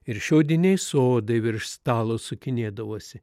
ir šiaudiniai sodai virš stalo sukinėdavosi